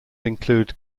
include